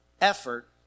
effort